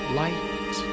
light